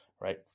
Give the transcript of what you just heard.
right